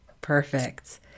Perfect